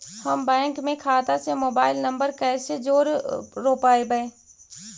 हम बैंक में खाता से मोबाईल नंबर कैसे जोड़ रोपबै?